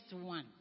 one